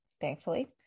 thankfully